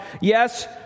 Yes